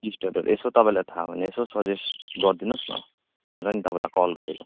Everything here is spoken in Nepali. टी स्टेटहरू यसो तपाईँलाई थाहा भयो भने यसो सजेस्ट गरिदिनु होस् न भनेर नि तपाईँलाई कल गरेको